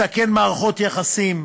מסכן מערכות יחסים,